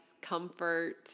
comfort